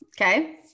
Okay